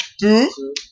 two